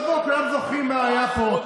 אבל בוא, כולם זוכרים מה היה פה.